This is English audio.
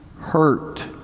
hurt